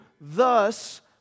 thus